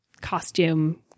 costume